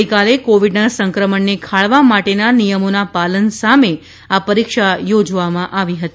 ગઈકાલે કોવીડના સંક્રમણને ખાળવા માટેના નિયમોના પાલન સામે આ પરીક્ષા યોજવામાં આવી હતી